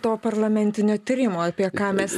to parlamentinio tyrimo apie ką mes